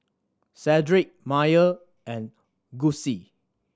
Cedric Maia and Gussie